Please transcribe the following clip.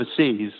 overseas